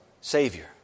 Savior